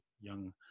young